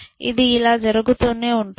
ఇది ఇలా జరుగుతూనే ఉంటుంది